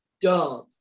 dumb